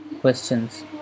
questions